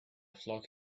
flock